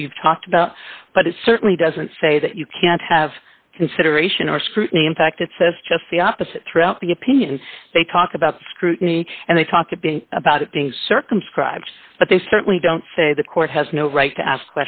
as you've talked about but it certainly doesn't say that you can't have consideration or scrutiny in fact it says just the opposite throughout the opinion they talk about scrutiny and they talk a bit about it being circumscribed but they certainly don't say the court has no right to ask